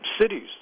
cities